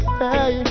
hey